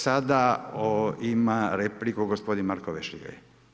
Sada ima repliku gospodin Marko Vešligaj.